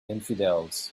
infidels